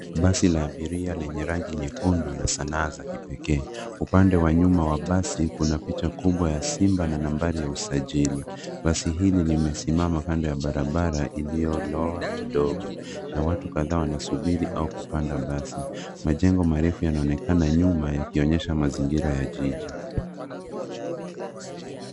Basi la abiria lenye rangi nyekundu na sanaa za kipekee. Upande wa nyuma wa basi kuna picha kubwa ya simba na nambari ya usajili. Basi hili limesimama kando ya barabara iliyoloa kidogo na watu kadhaa wanasubiri au kupanda basi. Majengo marefu yanaonekana nyuma yakionyesha mazingira ya jiji.